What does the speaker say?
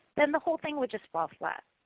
then the whole thing would just fall flat.